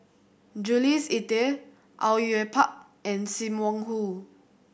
Jules Itier Au Yue Pak and Sim Wong Hoo